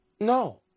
No